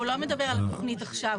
הוא לא מדבר על התכנית עכשיו,